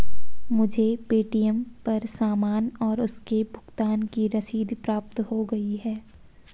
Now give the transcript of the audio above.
मुझे पे.टी.एम पर सामान और उसके भुगतान की रसीद प्राप्त हो गई है